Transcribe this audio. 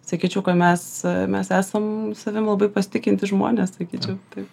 sakyčiau kad mes mes esam savim labai pasitikintys žmonės sakyčiau tai